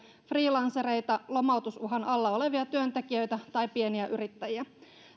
freelancereita lomautusuhan alla olevia työntekijöitä tai pieniä yrittäjiä